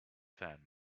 fan